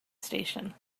station